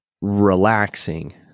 relaxing